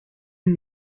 این